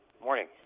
Morning